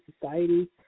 society